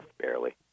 barely